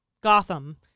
Gotham